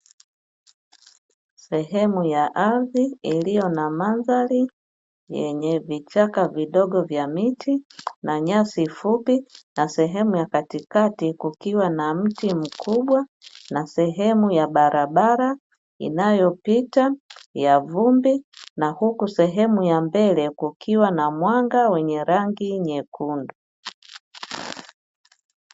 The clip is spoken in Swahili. Sehemu ya ardhi iliyo na mandhari yenye vichaka vidogo vya miti na nyasi fupi na sehemu ya katikati, kukiwa na mti mkubwa na sehemu ya barabara, inayopita ya vumbi na huku sehemu ya mbele kukiwa na mwanga wenye rangi nyekundu.